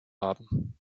haben